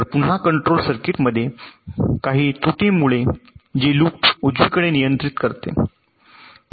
तर पुन्हा कंट्रोल सर्किटमध्ये काही त्रुटीमुळे जे लूप उजवीकडे नियंत्रित करते